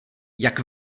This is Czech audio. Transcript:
jak